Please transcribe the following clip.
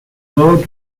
low